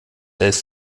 elf